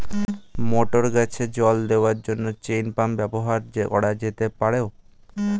মটর গাছে জল দেওয়ার জন্য চেইন পাম্প ব্যবহার করা যেতে পার?